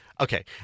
Okay